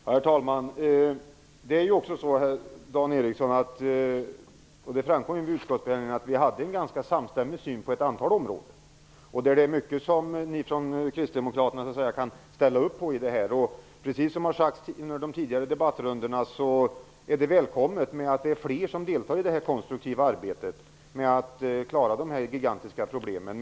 Herr talman! Det är ju också så, Dan Ericsson, att det framkom under utskottsberedningen att vi hade en ganska samstämmig syn på ett antal områden. Det är mycket som ni kristdemokrater kan ställa upp på i det här. Precis som har sagts under de tidigare debattrundorna är det välkommet att det är fler som deltar i det konstruktiva arbetet med att klara de här gigantiska problemen.